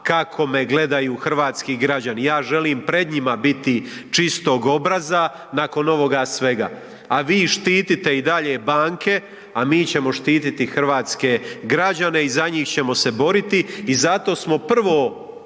kako me gledaju hrvatski građani. Ja želim pred njima biti čistog obraza nakon ovoga svega. A vi štitite i dalje banke, a mi ćemo štititi hrvatske građane i za njih ćemo se boriti i zato smo prvo